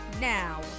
Now